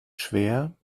schwer